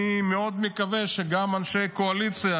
אני מאוד מקווה שגם אנשי הקואליציה,